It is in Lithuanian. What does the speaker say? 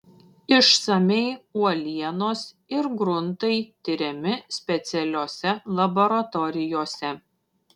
išsamiai uolienos ir gruntai tiriami specialiose laboratorijose